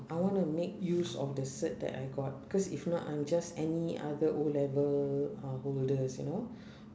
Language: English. I wanna make use of the cert that I got cause if not I'm just any other O-level uh holders you know